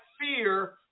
fear